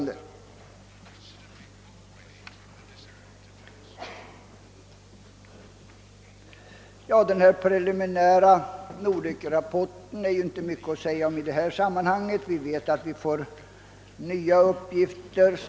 Den preliminära Nordekrapporten är det inte mycket att säga om i detta sammanhang. Vi vet att vi snart får nya uppgifter.